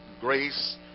grace